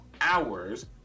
hours